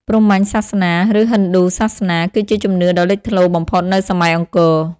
ព្រហ្មញ្ញសាសនា ឬហិណ្ឌូសាសនា គឺជាជំនឿដ៏លេចធ្លោបំផុតនៅសម័យអង្គរ។